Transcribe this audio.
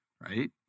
right